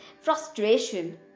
frustration